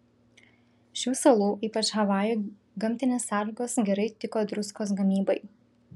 šių salų ypač havajų gamtinės sąlygos gerai tiko druskos gamybai